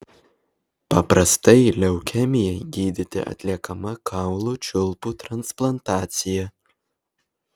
paprastai leukemijai gydyti atliekama kaulų čiulpų transplantacija